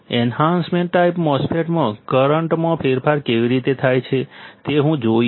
enhancement type MOSFET માં કરંટમાં ફેરફાર કેવી રીતે થાય છે તે હું જોઈશ